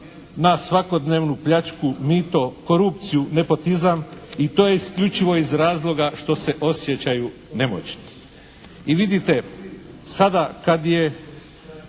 na svakodnevnu pljačku, mito, korupciju, nepotizam i to isključivo iz razloga što se osjećaju nemoćni. I vidite sada kad je